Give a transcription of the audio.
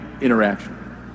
interaction